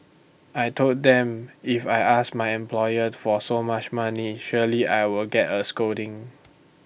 I Told them if I ask my employer for so much money surely I will get A scolding